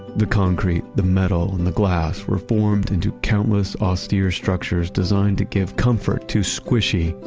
the concrete, the metal, and the glass were formed into countless austere structures designed to give comfort to squishy,